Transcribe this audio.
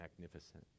magnificent